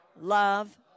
love